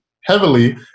heavily